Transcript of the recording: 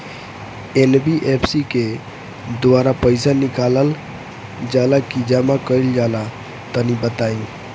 NBFC के द्वारा पईसा निकालल जला की जमा कइल जला तनि बताई?